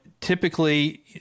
typically